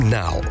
now